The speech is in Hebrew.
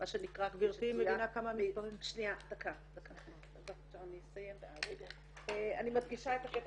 גבירתי מבינה כמה ש --- אני מדגישה את הקטע